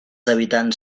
habitants